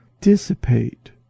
dissipate